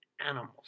Animals